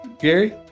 Gary